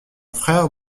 frère